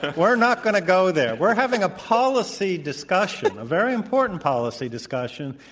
we're not going to go there. we're having a policy discussion, a very important policy discussion.